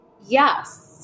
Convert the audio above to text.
Yes